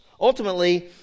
Ultimately